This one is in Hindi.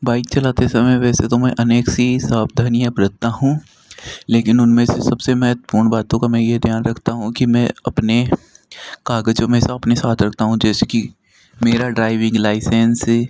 बाइक चलाते समय वैसे तो मैं अनेक सी सावधानियाँ बरतता हूँ लेकिन उनमें से सबसे महत्वपूर्ण बातों का मैं यह ध्यान रखता हूँ कि मैं यह अपने कागजों मे सब अपने साथ रखता हूँ जैसे कि मेरा ड्राइविंग लाइसेन्स